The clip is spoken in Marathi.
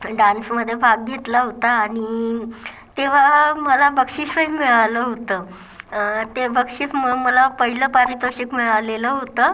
आणि डान्समध्ये भाग घेतला होता आणि तेव्हा मला बक्षीसही मिळालं होतं ते बक्षीस मग मला पहिलं पारितोषिक मिळालेलं होतं